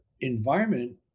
environment